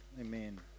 Amen